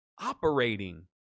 operating